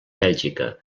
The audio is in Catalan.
bèlgica